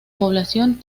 población